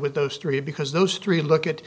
with those three because those three look at